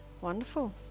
Wonderful